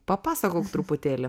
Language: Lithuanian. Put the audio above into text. papasakok truputėlį